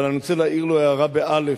אבל אני רוצה להאיר לו הארה, באל"ף,